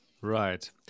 Right